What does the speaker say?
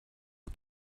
but